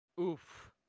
Oof